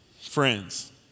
friends